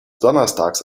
donnerstags